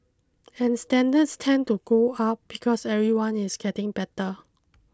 and standards tend to go up because everyone is getting better